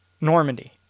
Normandy